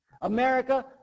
America